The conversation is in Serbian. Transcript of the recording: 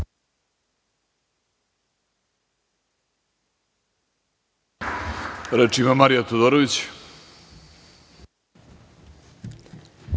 Reč ima Marija Todorović.